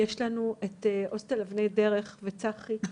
יש לנו את הוסטל 'אבני דרך', צחי,